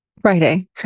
Friday